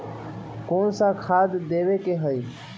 कोन सा खाद देवे के हई?